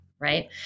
right